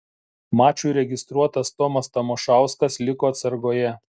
mačui registruotas tomas tamošauskas liko atsargoje